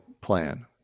plan